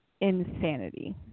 insanity